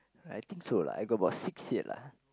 I think so lah I got about six here lah